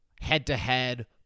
head-to-head